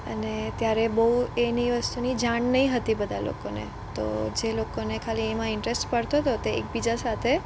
અને ત્યારે બહું એની એ વસ્તુની જાણ નઈ હતી બધા લોકોને તો જે લોકોને ખાલી એમાં ઇન્ટરસ્ટ પડતો હતો તે એકબીજા સાથે